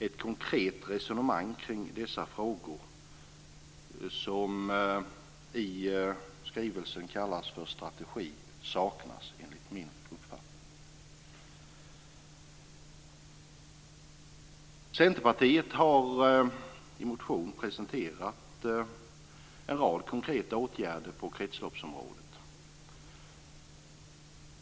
Ett konkret resonemang kring dessa frågor som i skrivelsen kallas för strategi saknas enligt min uppfattning. Centerpartiet har i en motion presenterat en rad konkreta åtgärder på kretsloppsområdet.